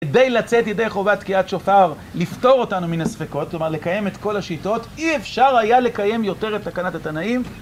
כדי לצאת ידי חובה תקיעת שופר, לפתור אותנו מן הספקות, כלומר, לקיים את כל השיטות, אי אפשר היה לקיים יותר את תקנת התנאים.